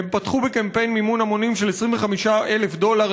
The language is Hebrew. הם פתחו בקמפיין מימון המונים של 25,000 דולר,